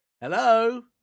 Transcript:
Hello